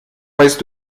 weißt